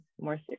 More